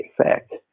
effect